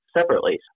separately